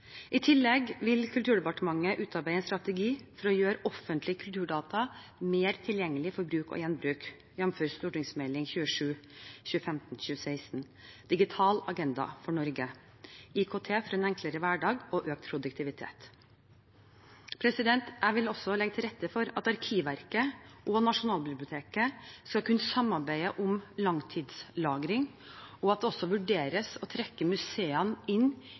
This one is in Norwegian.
I tillegg vil Kulturdepartementet utarbeide en strategi for å gjøre offentlige kulturdata mer tilgjengelig for bruk og gjenbruk, jf. Meld. St. 27 for 2015–2016, Digital agenda for Norge – IKT for en enklere hverdag og økt produktivitet. Jeg vil også legge til rette for at Arkivverket og Nasjonalbiblioteket skal kunne samarbeide om langtidslagring, og at det også vurderes å trekke museene inn